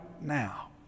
now